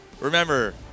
Remember